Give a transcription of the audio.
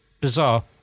bizarre